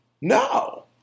No